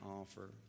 offer